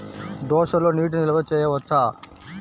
దోసలో నీటి నిల్వ చేయవచ్చా?